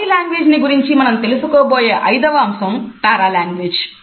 body language ని గురించి మనం తెలుసుకోబోయే ఐదవ అంశం పారాలాంగ్వేజ్